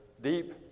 deep